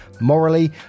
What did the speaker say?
morally